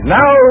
now